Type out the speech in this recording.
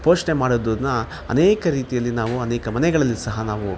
ಪೋಷಣೆ ಮಾಡೋದನ್ನ ಅನೇಕ ರೀತಿಯಲ್ಲಿ ನಾವು ಅನೇಕ ಮನೆಗಳಲ್ಲಿ ಸಹ ನಾವು